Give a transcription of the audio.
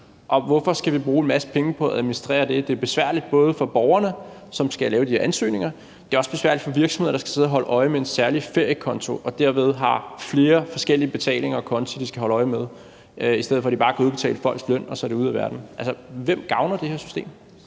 og hvorfor skal vi bruge en masse penge på at administrere det? Det er besværligt både for borgerne, som skal lave de her ansøgninger, og det er også besværligt for virksomhederne, der skal sidde og holde øje med en særlig feriekonto, og som derved har flere forskellige betalinger og konti, de skal holde øje med, i stedet for at de bare kan udbetale folks løn, og at det så er ude af verden. Altså, hvem gavner det her system?